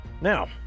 Now